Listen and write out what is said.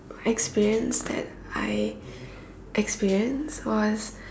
experience that I experienced was